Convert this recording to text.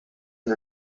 und